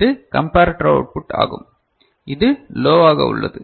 இது comparator output ஆகும் இது லோவாக உள்ளது